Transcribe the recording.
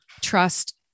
trust